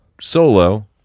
Solo